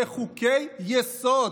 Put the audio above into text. בחוקי-יסוד.